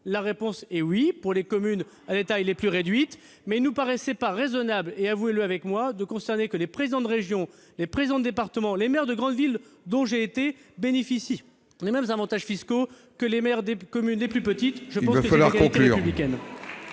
La réponse est oui, pour les communes les plus petites. Mais il ne nous paraissait pas raisonnable, reconnaissez-le avec moi, que les présidents de région, les présidents de département et les maires de grandes villes, dont j'ai été, bénéficient des mêmes avantages fiscaux que les maires des communes les plus petites. Il y va de l'égalité républicaine.